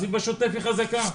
היא בשוטף חזקה.